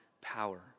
power